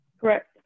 Correct